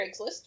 craigslist